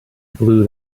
blew